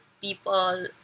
people